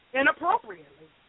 inappropriately